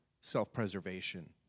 self-preservation